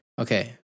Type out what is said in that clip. Okay